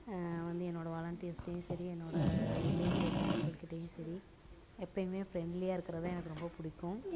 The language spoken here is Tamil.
வந்து என்னோடய வாலன்டியர்ஸ்டியும் சரி என்னோடய வில்லேஜில் இருக்கிற மக்கள்கிட்டேயும் சரி எப்போயுமே ஃபிரண்ட்லியாக இருக்கிறது தான் எனக்கு ரொம்ப பிடிக்கும்